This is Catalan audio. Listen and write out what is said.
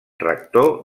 rector